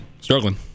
struggling